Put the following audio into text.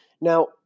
Now